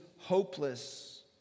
hopeless